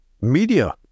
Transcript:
Media